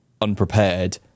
unprepared